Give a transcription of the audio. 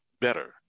better